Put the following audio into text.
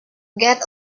get